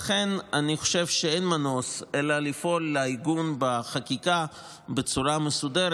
לכן אני חושב שאין מנוס אלא לפעול לעגן בחקיקה בצורה מסודרת